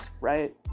right